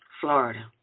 Florida